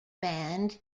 band